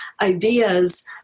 ideas